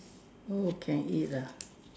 oh can eat ah